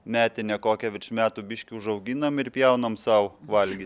metinę kokią virš metų biškį užauginam ir pjaunam sau valgyt